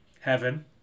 Heaven